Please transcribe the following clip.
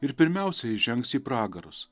ir pirmiausia jis žengs į pragarus